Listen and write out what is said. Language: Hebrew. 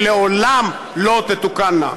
שלעולם לא תתוקנה.